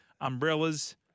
umbrellas